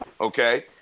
Okay